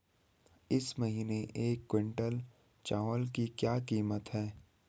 इस महीने एक क्विंटल चावल की क्या कीमत है?